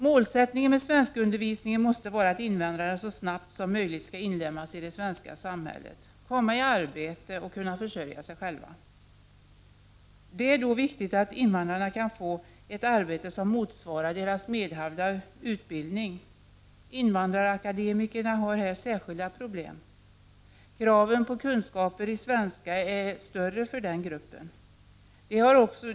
Målsättningen med svenskundervisningen måste vara att invandrarna så snabbt som möjligt skall inlemmas i det svenska samhället, komma i arbete och kunna försörja sig själva. Det är då viktigt att invandrarna kan få ett arbete som motsvarar deras tidigare utbildning. Invandrarakademikerna har här särskilda problem. Kraven på kunskaper i svenska är större när det gäller den gruppen.